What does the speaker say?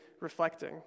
reflecting